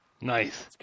nice